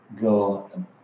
go